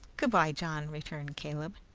good-bye, john, returned caleb.